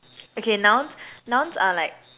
okay nouns nouns are like